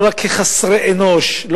לא רק כחסרי אנושיות,